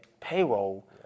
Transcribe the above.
payroll